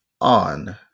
On